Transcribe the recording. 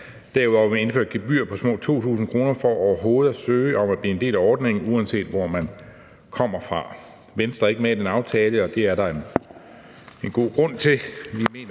Derudover vil man indføre et gebyr på små 2.000 kr. for overhovedet at søge om at blive en del ordningen, uanset hvor man kommer fra. Venstre er ikke med i den aftale, og det er der en god grund til: